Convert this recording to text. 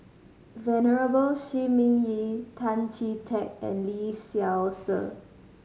Venerable Shi Ming Yi Tan Chee Teck and Lee Seow Ser